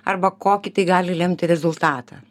arba kokį tai gali lemti rezultatą